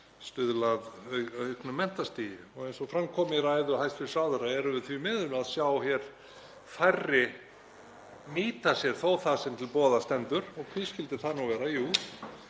stuðla að auknu menntastigi. Eins og fram kom í ræðu hæstv. ráðherra erum við því miður að sjá hér færri nýta sér þó það sem til boða stendur. Og hví skyldi það nú vera? Jú,